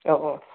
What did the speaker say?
ആഹ് ഓഹ്